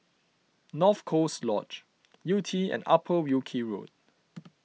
North Coast Lodge Yew Tee and Upper Wilkie Road